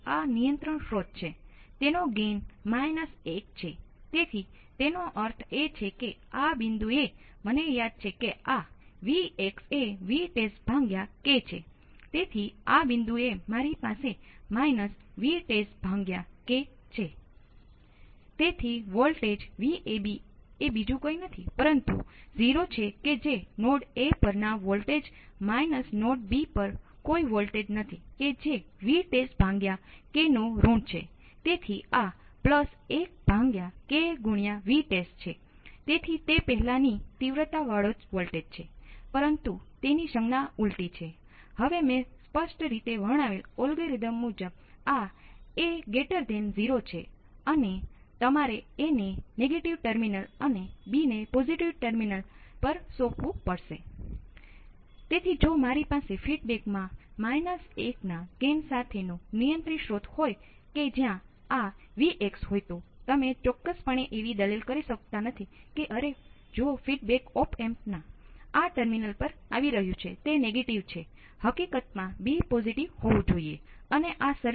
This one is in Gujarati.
એ જ રીતે મહેરબાની કરીને તમે એ નોંધ લેશો કે I અને I ની દિશાને મેં એ રીતે પસંદ કરી છે કે I ને ટર્મિનલ હોય ત્યારે તે વિપરીત કરીશ અને તે અચળ હશે નહિંતર તે સંકેતનું પાલન કરશે અને તે એવું કરે છે